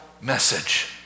message